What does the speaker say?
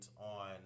on